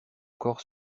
corps